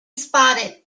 spotted